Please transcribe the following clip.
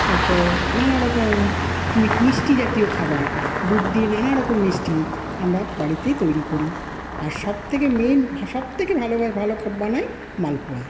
তারপর নানারকম মিষ্টি জাতীয় খাবার দুধ দিয়ে নানা রকম মিষ্টি আমরা বাড়িতে তৈরি করি আর সব থেকে মেইন আর সব থেকে ভালো ভালো বানাই মালপোয়া